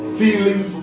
feelings